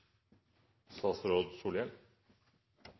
statsråd